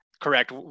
correct